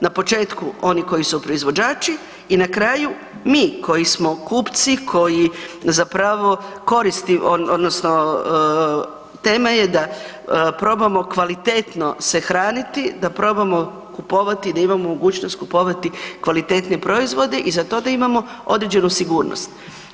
Na početku oni koji su proizvođači i na kraju, mi koji smo kupci, koji zapravo koristi odnosno tema je da probamo kvalitetno se hraniti, da probamo kupovati, da imamo mogućnost kupovati kvalitetnije proizvode i za to, da imamo određenu sigurnost.